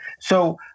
So-